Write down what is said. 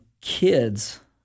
kids –